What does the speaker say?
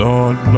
Lord